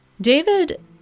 David